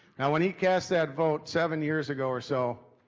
now when he cast that vote, seven years ago or so,